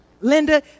Linda